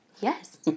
Yes